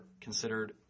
considered